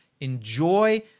enjoy